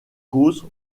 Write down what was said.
cause